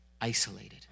isolated